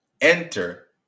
enter